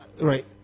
Right